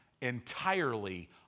entirely